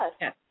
Yes